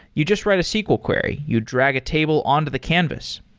you just write a sql query. you drag a table on to the canvas.